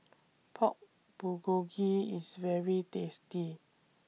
Pork Bulgogi IS very tasty